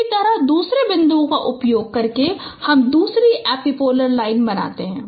उसी तरह दूसरे बिंदु का उपयोग करके हम दूसरी एपिपोलर लाइन बनाते हैं